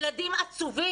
ילדים עצובים.